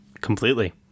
completely